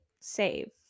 save